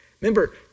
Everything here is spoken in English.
Remember